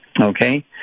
okay